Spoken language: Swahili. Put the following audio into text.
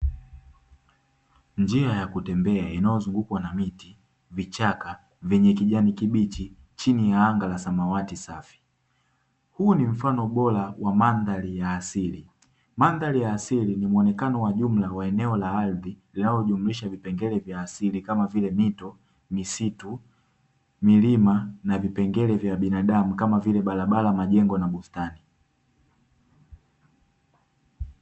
Njia ya kutembea inayozungukwa na miti, vichaka vyenye kijani kibichi chini ya anga la samawati safi. Huu ni mfano bora wa mandhari ya asili. Mandhari ya asili ni ni mwonekano wa jumla wa eneo la ardhi inayojumuisha vipengele vya asili kama vile: mito, misitu, milima; na vipengele vya binadamu kama vile: barabara, majengo na bustani.